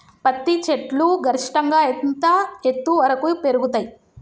పత్తి చెట్లు గరిష్టంగా ఎంత ఎత్తు వరకు పెరుగుతయ్?